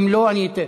אם לא, אני אתן.